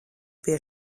pie